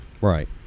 Right